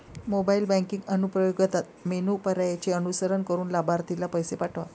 mobile banking अनुप्रयोगात menu पर्यायांचे अनुसरण करून लाभार्थीला पैसे पाठवा